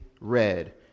red